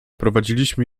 prowadziliśmy